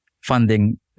funding